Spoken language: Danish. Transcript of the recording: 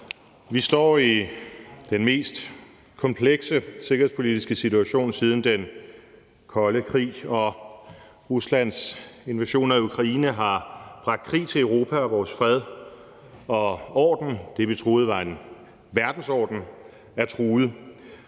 Vi står i den mest komplekse sikkerhedspolitiske situation siden den kolde krig. Ruslands invasion af Ukraine har bragt krig til Europa, og vores fred og orden – det, vi troede var en verdensorden – er truet.